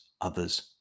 others